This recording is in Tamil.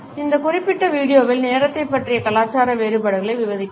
இந்த குறிப்பிட்ட வீடியோவில் நேரத்தைப் பற்றிய கலாச்சார வேறுபாடுகள் விவாதிக்கப்படுகின்றன